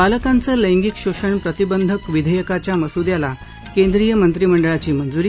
बालकांचं लैंगिक शोषण प्रतिबंधक विधेयकाच्या मसुद्याला केंद्रीय मंत्रिमंडळाची मंजुरी